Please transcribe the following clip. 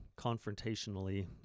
confrontationally